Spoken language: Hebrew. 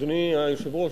אדוני היושב-ראש,